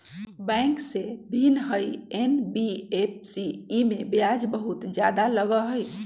Bank से भिन्न हई एन.बी.एफ.सी इमे ब्याज बहुत ज्यादा लगहई?